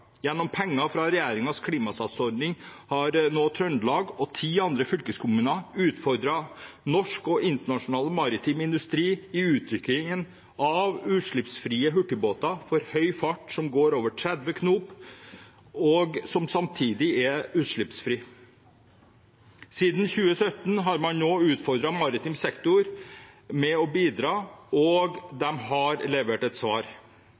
Gjennom penger fra regjeringens Klimasats-ordning har Trøndelag og ti andre fylkeskommuner utfordret norsk og internasjonal maritim industri på utvikling av utslippsfrie hurtigbåter for høy fart som går over 30 knop, og som samtidig er utslippsfrie. Siden 2017 har man utfordret maritim sektor til å bidra, og de har levert et svar.